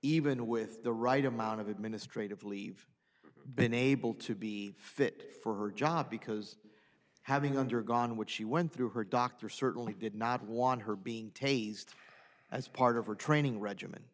even with the right amount of administrative leave been able to be fit for her job because having undergone what she went through her doctor certainly did not want her being taze as part of her training regimen